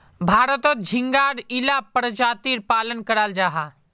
भारतोत झिंगार इला परजातीर पालन कराल जाहा